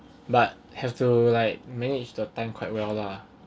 but have to like manage the time quite well lah